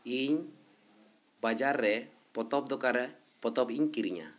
ᱤᱧ ᱵᱟᱡᱟᱨ ᱨᱮ ᱯᱚᱛᱚᱵ ᱫᱚᱠᱟᱱ ᱨᱮ ᱯᱚᱛᱚᱵ ᱤᱧ ᱠᱤᱨᱤᱧᱟ